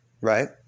right